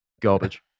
garbage